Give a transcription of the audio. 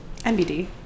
NBD